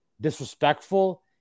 disrespectful